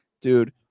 Dude